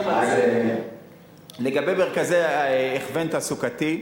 לגבי מרכזי הכוון תעסוקתי,